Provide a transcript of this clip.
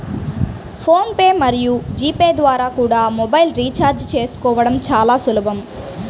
phone pay మరియు G pay ద్వారా కూడా మొబైల్ రీఛార్జి చేసుకోవడం చాలా సులభం